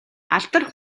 алдар